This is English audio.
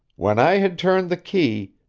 when i had turned the key,